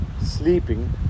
sleeping